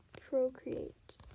Procreate